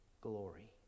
glory